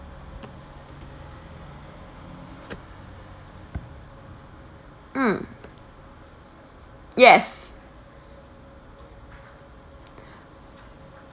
mm yes